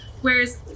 whereas